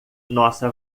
nossa